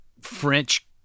French